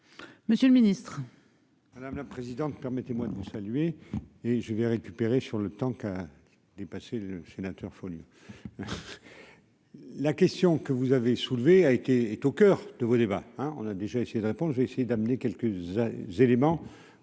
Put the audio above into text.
Monsieur le Ministre. Madame la présidente, permettez-moi de vous saluer et je vais récupérer sur le temps qu'a dépassé le sénateur folie. La question que vous avez soulevées, a été, est au coeur de vos débats, hein, on a déjà essayé de réponse j'ai essayé d'amener quelques éléments